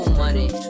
money